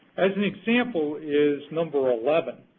as an example is number eleven.